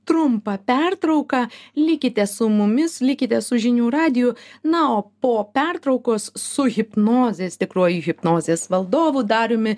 trumpą pertrauką likite su mumis likite su žinių radiju na o po pertraukos su hipnozės tikruoju hipnozės valdovu dariumi